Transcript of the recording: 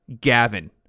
Gavin